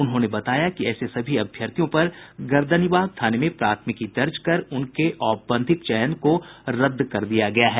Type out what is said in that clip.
उन्होंने बताया कि ऐसे सभी अभ्यर्थियों पर गर्दनीबाग थाने में प्राथमिकी दर्ज कर उनके औपबंधिक चयन को रद्द कर दिया गया है